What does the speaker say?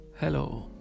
Hello